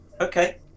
Okay